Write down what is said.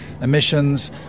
emissions